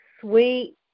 sweet